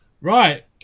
right